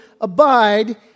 abide